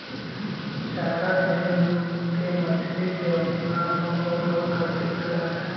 चारा देके मछली के अपना औउर आकर्षित करऽ हई